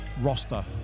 roster